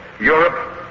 Europe